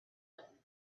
when